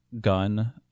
gun